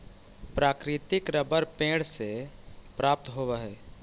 प्राकृतिक रबर पेड़ से प्राप्त होवऽ हइ